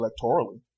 electorally